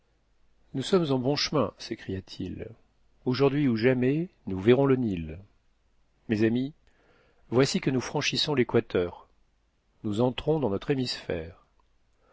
nous sommes en bon chemin s'écria-t-il aujourd'hui ou jamais nous verrons le nil mes amis voici que nous franchissons l'équateur nous entrons dans notre